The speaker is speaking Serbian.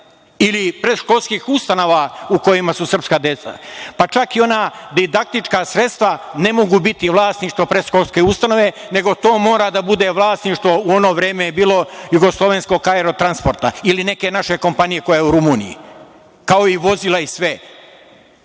ili predškolskih ustanova u kojima su srpska deca, pa čak i ona didaktička sredstva ne mogu biti vlasništvo predškolske ustanove nego to mora da bude vlasništvo u ono vreme je bilo Jugoslovenskog aero-transporta ili neke naše kompanije koja je u Rumuniji, kao i vozila i sve. To